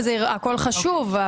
הכול חשוב,